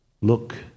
Look